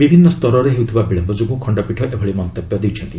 ବିଭିନ୍ନ ସ୍ତରରେ ହେଉଥିବା ବିଳୟ ଯୋଗୁଁ ଖଣ୍ଡପୀଠ ଏଭଳି ମନ୍ତବ୍ୟ ଦେଇଛନ୍ତି